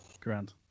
Grand